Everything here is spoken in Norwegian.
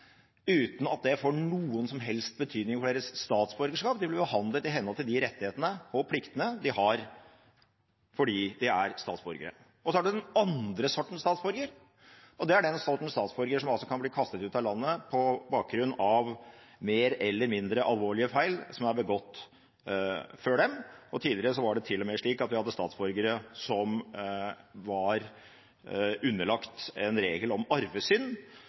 uten at det får noen som helst betydning for deres statsborgerskap; de blir behandlet i henhold til de rettighetene og pliktene de har fordi de er statsborgere. Så har vi den andre sorten statsborgere, og det er den sorten statsborgere som altså kan bli kastet ut av landet på bakgrunn av mer eller mindre alvorlige feil som er begått før dem. Tidligere var det til og med slik at vi hadde statsborgere som var underlagt en regel om